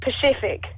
Pacific